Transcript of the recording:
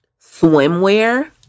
swimwear